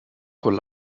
con